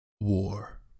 War